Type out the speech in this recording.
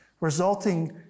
resulting